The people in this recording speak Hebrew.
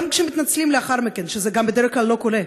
גם כשמתנצלים לאחר מכן, וזה בדרך כלל לא קורה,